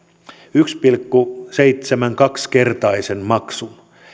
yksi pilkku seitsemänkymmentäkaksi kertaisen maksun